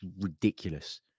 ridiculous